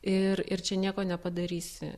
ir ir čia nieko nepadarysi